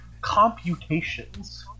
computations